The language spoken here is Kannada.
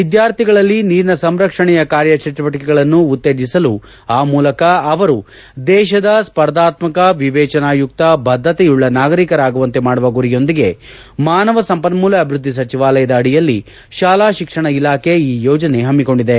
ವಿದ್ಯಾರ್ಥಿಗಳಲ್ಲಿ ನೀರಿನ ಸಂರಕ್ಷಣೆಯ ಕಾರ್ಯ ಚಟುವಟಿಕೆಗಳನ್ನು ಉತ್ತೇಜಿಸಲು ಆ ಮೂಲಕ ಅವರು ದೇಶದ ಸ್ಪರ್ಧಾತ್ಮಕ ವಿವೇಚನಾಯುಕ್ತ ಬದ್ದತೆಯುಳ್ಳ ನಾಗರೀಕರಾಗುವಂತೆ ಮಾಡುವ ಗುರಿಯೊಂದಿಗೆ ಮಾನವ ಸಂಪನ್ನೂಲ ಅಭಿವೃದ್ದಿ ಸಚಿವಾಲಯದ ಅಡಿಯಲ್ಲಿ ಶಾಲಾ ಶಿಕ್ಷಣ ಇಲಾಖೆ ಈ ಯೋಜನೆ ಹಮ್ಮಿಕೊಂಡಿದೆ